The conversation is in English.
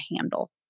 handle